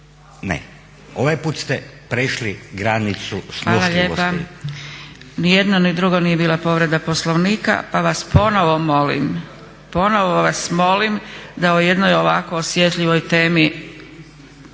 ovaj put ste prešli granicu slušljivosti. **Zgrebec, Dragica (SDP)** Hvala lijepa. Ni jedno ni drugo nije bila povreda Poslovnika. Pa vas ponovno molim, ponovo vas molim da o jednoj ovako osjetljivoj temi